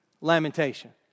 lamentation